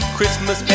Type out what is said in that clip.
Christmas